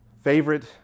favorite